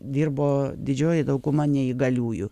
dirbo didžioji dauguma neįgaliųjų